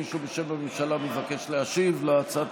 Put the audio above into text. מישהו בשם הממשלה מבקש להשיב על הצעת